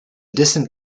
distant